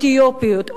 אתיופיות,